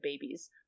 babies